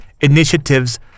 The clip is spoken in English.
initiatives